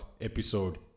episode